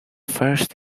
first